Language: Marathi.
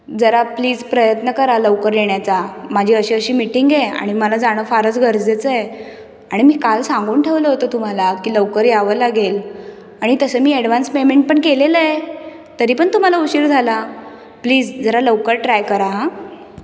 जरा प्लीज प्रयत्न करा लवकर येण्याचा माझी अशी अशी मिटींग आहे आणि मला जाणं फारच गरजेचं आहे आणि मी काल सांगून ठेवलं होतं तुम्हाला की लवकर यावं लागेल आणि तसं मी अॅडव्हान्स पेमेन्ट पण केलेलं आहे तरी पण तुम्हाला उशीर झाला प्लीज जरा लवकर ट्राय करा हं